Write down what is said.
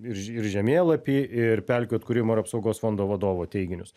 ir ir žemėlapį ir pelkių atkūrimo ir apsaugos fondo vadovo teiginius